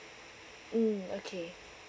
mm okay